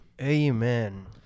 amen